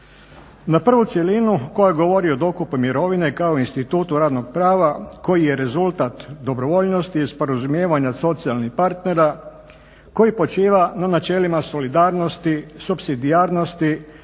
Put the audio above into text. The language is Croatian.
Na prvu cjelinu koja govori o dokupu mirovine kao institutu radnog prava koji je rezultat dobrovoljnosti i sporazumijevanja socijalnih partnera koji počiva na načelima solidarnosti, supsidijarnosti,